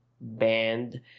band